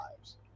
lives